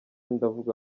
ndavuga